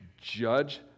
judge